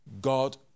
God